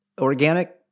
organic